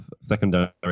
secondary